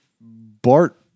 Bart